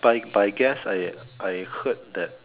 but but I guess I I heard that